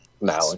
now